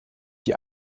die